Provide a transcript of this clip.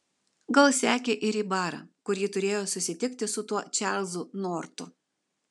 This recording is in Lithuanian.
gal sekė ir į barą kur ji turėjo susitikti su tuo čarlzu nortu